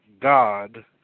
god